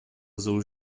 azul